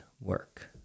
work